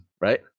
Right